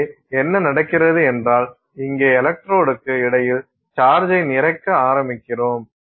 எனவே என்ன நடக்கிறது என்றால் இங்கே எலக்ட்ரோடுக்கு இடையில் சார்ஜை நிறைக்க ஆரம்பிக்கிறோம்